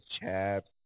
chaps